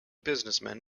businessmen